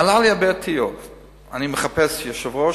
אני מחפש יושב-ראש,